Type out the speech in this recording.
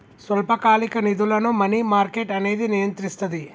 స్వల్పకాలిక నిధులను money market అనేది నియంత్రిస్తది